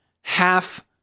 half